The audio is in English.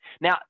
Now